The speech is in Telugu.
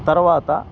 తర్వాత